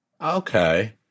Okay